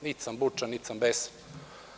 Nit sam bučan, nit sam besan.